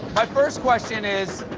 my first question is,